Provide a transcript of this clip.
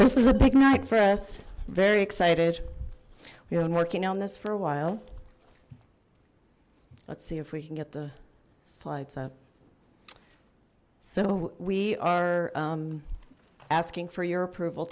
a big night for us very excited you know working on this for a while let's see if we can get the slides up so we are asking for your approval